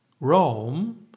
Rome